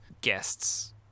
guests